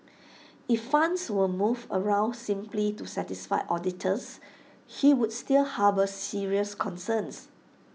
if funds were moved around simply to satisfy auditors he would still harbour serious concerns